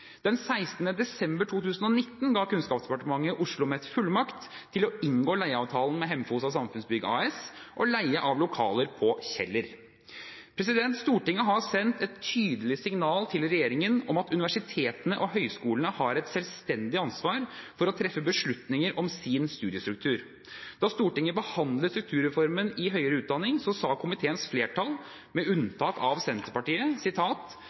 leie av lokaler på Kjeller. Stortinget har sendt et tydelig signal til regjeringen om at universitetene og høyskolene har et selvstendig ansvar for å treffe beslutninger om sin studiestruktur. Da Stortinget behandlet strukturreformen i høyere utdanning, sa komiteens flertall, med unntak av Senterpartiet: